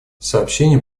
сообщения